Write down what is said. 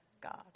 God